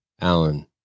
Alan